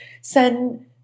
send